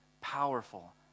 powerful